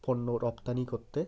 পণ্য রপ্তানি করতে